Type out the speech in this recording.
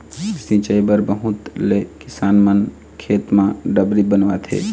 सिंचई बर बहुत ले किसान मन खेत म डबरी बनवाथे